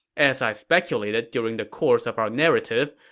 as i speculated during the course of our narrative,